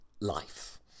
life